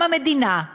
גם המדינה,